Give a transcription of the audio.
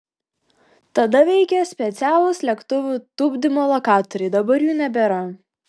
tada veikė specialūs lėktuvų tupdymo lokatoriai dabar jų nebėra